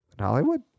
Hollywood